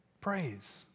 Praise